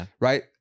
right